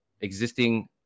existing